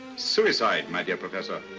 suicide, my dear professor.